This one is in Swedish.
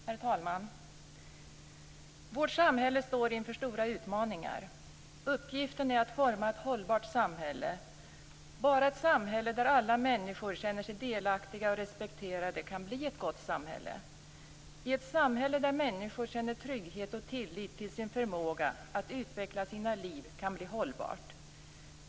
Herr talman! Vårt samhälle står inför stora utmaningar. Uppgiften är att forma ett hållbart samhälle. Bara ett samhälle där alla människor känner sig delaktiga och respekterade kan bli ett gott samhälle. I ett samhälle där människor känner trygghet och tillit till sin förmåga att utveckla sina liv kan bli hållbart.